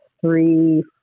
three